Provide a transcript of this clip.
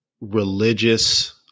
religious